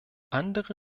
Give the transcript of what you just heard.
andere